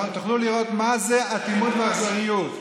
תוכלו לראות מה זה אטימות ואכזריות.